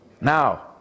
Now